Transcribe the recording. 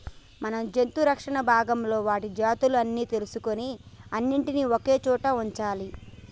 మనం జంతు రక్షణ భాగంలో వాటి జాతులు అన్ని తెలుసుకొని అన్నిటినీ ఒకే సోట వుంచాలి